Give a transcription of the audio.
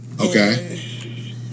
Okay